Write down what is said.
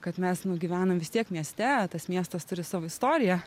kad mes nu gyvenam vis tiek mieste tas miestas turi savo istoriją